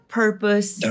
purpose